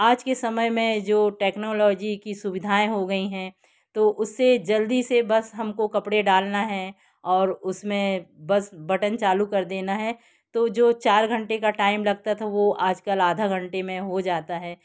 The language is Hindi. आज के समय में जो टेक्नोलॉजी की सुविधाएँ हो गई हैं तो उससे जल्दी से बस हमको कपड़े डालना है और उसमें बस बटन चालू कर देना है तो जो चार घंटे का टाइम लगता था वो आजकल आधा घंटे में हो जाता है